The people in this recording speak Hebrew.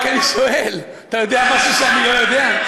אני רק שואל: אתה יודע משהו שאני לא יודע?